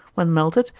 when melted,